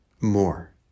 more